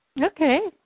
Okay